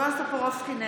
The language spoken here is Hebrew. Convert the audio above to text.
טופורובסקי,